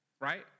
right